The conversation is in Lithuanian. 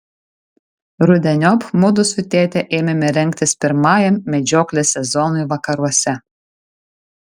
rudeniop mudu su tėte ėmėme rengtis pirmajam medžioklės sezonui vakaruose